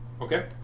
Okay